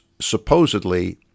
supposedly